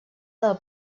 del